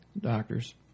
doctors